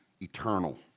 eternal